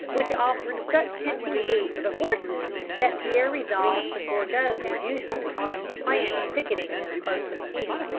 which offered such tempting food for the horses that pierre resolved to forego his usual cautious plan of picketting them close to the camp,